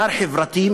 שר חברתי,